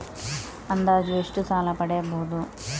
ಅಂದಾಜು ಎಷ್ಟು ಸಾಲ ಪಡೆಯಬಹುದು?